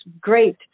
great